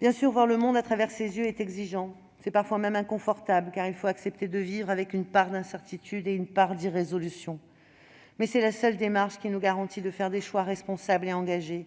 Bien sûr, voir le monde à travers les yeux du savoir est exigeant ; c'est parfois même inconfortable, car il faut accepter de vivre avec une part d'incertitude et une part d'irrésolution. Telle est pourtant la seule démarche qui nous garantit de faire des choix responsables et engagés,